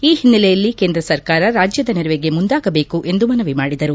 ಈ ಹಿನ್ನೆಲೆಯಲ್ಲಿ ಕೇಂದ್ರ ಸರ್ಕಾರ ರಾಜ್ಯದ ನೆರವಿಗೆ ಮುಂದಾಗಬೇಕು ಎಂದು ಮನವಿ ಮಾಡಿದರು